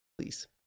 please